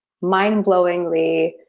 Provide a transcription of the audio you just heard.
mind-blowingly